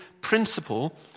principle